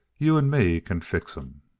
you and me can fix em!